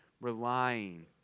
relying